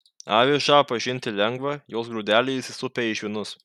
avižą pažinti lengva jos grūdeliai įsisupę į žvynus